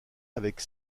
avec